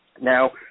Now